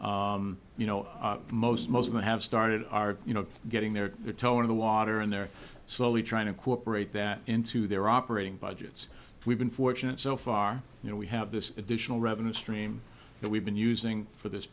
started you know most most of them have started are you know getting their tone of the water and they're slowly trying to cooperate that into their operating budgets we've been fortunate so far you know we have this additional revenue stream that we've been using for this